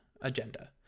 agenda